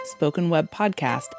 spokenwebpodcast